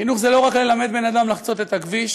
חינוך זה לא רק ללמד בן-אדם לחצות את הכביש.